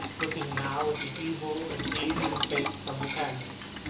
looking now at the evil and aging face on the canvas,